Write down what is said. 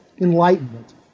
enlightenment